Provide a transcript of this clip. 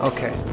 Okay